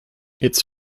its